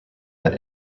that